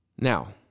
Now